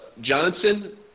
Johnson